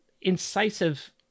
incisive